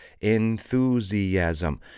Enthusiasm